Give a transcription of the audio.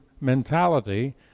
mentality